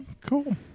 cool